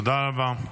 תודה רבה.